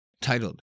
titled